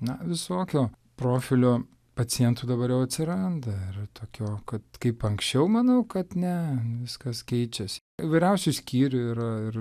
na visokio profilio pacientų dabar jau atsiranda ir tokio kad kaip anksčiau manau kad ne viskas keičias įvairiausių skyrių yra ir